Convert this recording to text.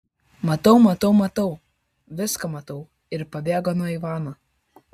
matau matau matau viską matau ir pabėgo nuo ivano